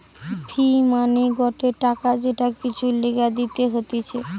ফি মানে গটে টাকা যেটা কিছুর লিগে দিতে হতিছে